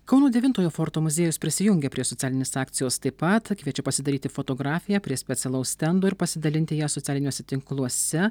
kauno devintojo forto muziejus prisijungė prie socialinės akcijos taip pat kviečia pasidaryti fotografiją prie specialaus stendo ir pasidalinti ja socialiniuose tinkluose